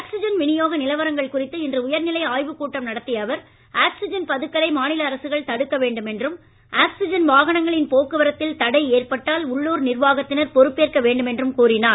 oxygen விநியோக நிலவரங்கள் குறித்து இன்று உயர்நிலை ஆய்வுக் கூட்டம் நடத்திய அவர் ஆக்ஸிஜன் பதுக்கலை மாநில அரசுகள் தடுக்க வேண்டும் என்றும் ஆக்ஸிஜன் வாகனங்களின் போக்குவரத்தில் தடை ஏற்பட்டால் உள்ளூர் நிர்வாகத்தினர் பொறுப்பேற்க வேண்டும் என்றும் கூறினார்